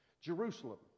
Jerusalem